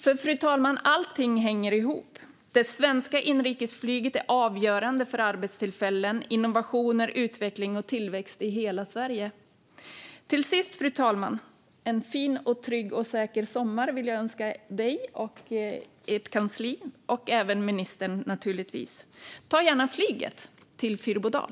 Allting hänger nämligen ihop, fru talman. Det svenska inrikesflyget är avgörande för arbetstillfällen, innovationer, utveckling och tillväxt i hela Sverige. Till sist, fru talman, vill jag önska dig, kansliet och naturligtvis även ministern en fin, trygg och trevlig sommar. Ta gärna flyget till Fyrbodal!